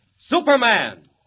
Superman